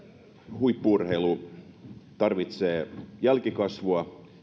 huippu urheilu tarvitsee jälkikasvua